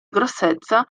grossezza